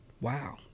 wow